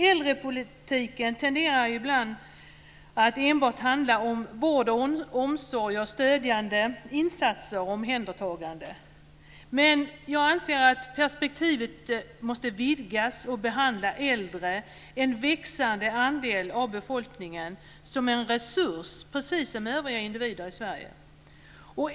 Äldrepolitiken tenderar ibland att enbart handla om vård, omsorg, stödjande insatser och omhändertagande. Jag anser att perspektivet måste vidgas till att behandla äldre, en växande andel av befolkningen, som en resurs, precis som övriga individer i Sverige.